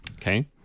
Okay